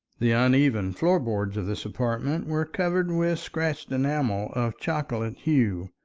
the uneven floor boards of this apartment were covered with scratched enamel of chocolate hue,